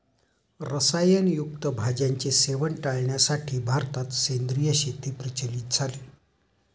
रसायन युक्त भाज्यांचे सेवन टाळण्यासाठी भारतात सेंद्रिय शेती प्रचलित झाली